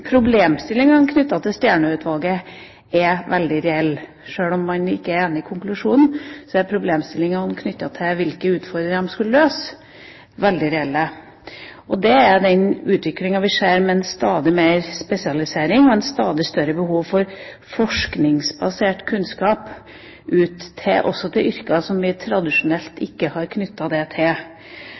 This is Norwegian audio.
problemstillingene knyttet til Stjernø-utvalget er veldig reelle. Sjøl om man ikke er enig i konklusjonen, er problemstillingene knyttet til hvilke utfordringer man ønsket løst, veldig reelle. Det er den utviklinga vi ser, med stadig mer spesialisering og med et stadig større behov for å få forskningsbasert kunnskap ut også til yrker som vi tradisjonelt ikke har knyttet det til.